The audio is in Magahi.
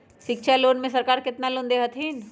शिक्षा लोन में सरकार केतना लोन दे हथिन?